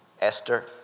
Esther